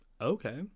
Okay